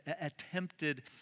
attempted